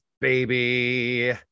baby